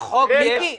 בחוק יש לשר האוצר סמכות.